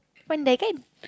when that guy